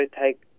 take